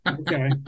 Okay